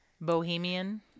Bohemian